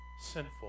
sinful